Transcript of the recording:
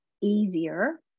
easier